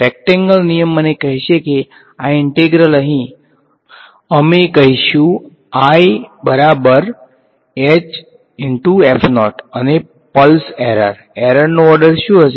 rectangle નિયમ મને કહેશે કે આ ઈંટેગ્રલ અહીં અમે કહીશું અને પલ્સ એરર એરર નો ઓર્ડર શુ છે